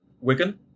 Wigan